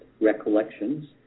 recollections